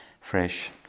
fresh